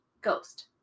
ghost